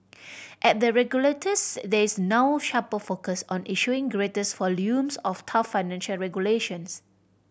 at the regulators there is now sharper focus on issuing greater volumes of tough financial regulations